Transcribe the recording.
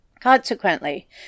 Consequently